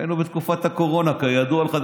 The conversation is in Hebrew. היינו בתקופת הקורונה, כידוע לך.